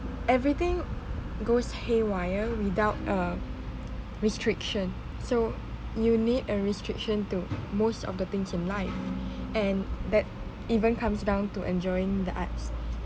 everything goes haywire without a restriction so you need a restriction to most of the things in life and that even comes down to enjoying the arts